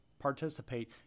participate